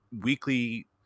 weekly